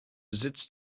besitz